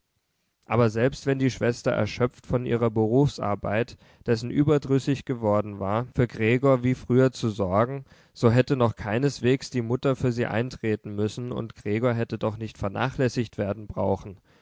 aber selbst wenn die schwester erschöpft von ihrer berufsarbeit dessen überdrüssig geworden war für gregor wie früher zu sorgen so hätte noch keineswegs die mutter für sie eintreten müssen und gregor hätte doch nicht vernachlässigt werden brauchen